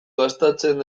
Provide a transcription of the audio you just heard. gastatzen